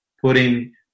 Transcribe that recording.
putting